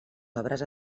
obres